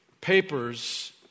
papers